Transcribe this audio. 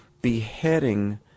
beheading